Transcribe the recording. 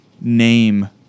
name